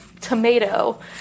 tomato